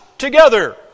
together